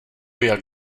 jak